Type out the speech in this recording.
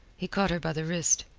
he caught her by the wrist.